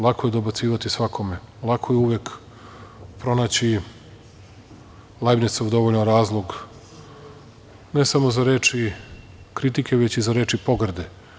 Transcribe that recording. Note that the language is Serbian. Lako je dobacivati svakome, lako je uvek pronaći lagnecov dovoljan razlog ne samo za reči kritike, već i za reči pogrde.